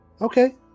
Okay